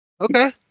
Okay